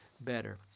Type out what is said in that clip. better